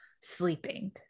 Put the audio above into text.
sleeping